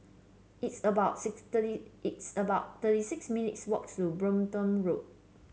it's about six thirty it's about thirty six minutes' walk to Brompton Road